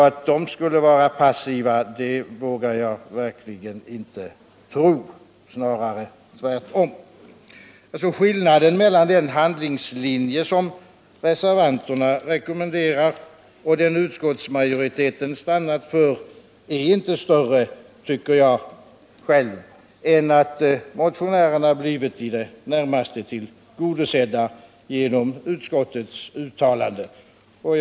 Att UHÄ skulle vara passivt vågar jag verkligen inte tro, snarare tvärtom. Skillnaden mellan den handlingslinje som reservanterna rekommenderar och den som utskottsmajoriteten har stannat för är, enligt min mening, inte större än att motionärerna genom utskottets uttalande blivit i det närmaste tillgodosedda.